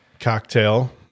cocktail